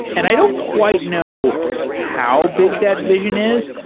and i don't quite know how big that vision is.